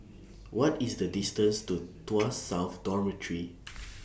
What IS The distance to Tuas South Dormitory